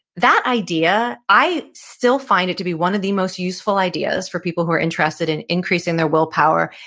that idea, i still find it to be one of the most useful ideas for people who are interested in increasing their willpower,